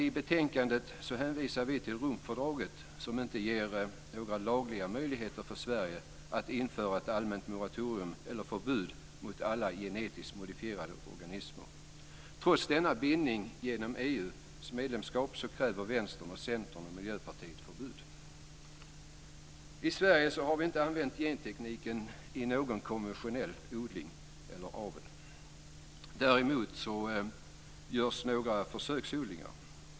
I betänkandet hänvisar vi till Romfördraget som inte ger några lagliga möjligheter för Sverige att införa ett allmänt moratorium eller förbud mot alla genetiskt modifierade organismer. Trots denna bindning genom EU-medlemskapet kräver Vänstern, Centern och Miljöpartiet förbud. I Sverige har vi inte använt gentekniken i någon konventionella odling eller avel. Däremot görs några försöksodlingar.